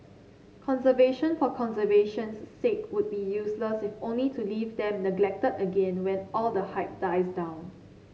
conservation for conservation's sake would be useless if only to leave them neglected again when all the hype dies down